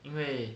因为